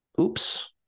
Oops